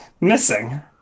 Missing